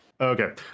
Okay